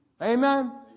Amen